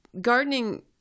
Gardening